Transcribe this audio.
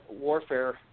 warfare